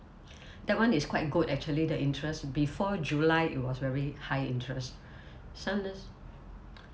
that [one] is quite good actually the interest before july it was very high interest